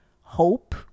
hope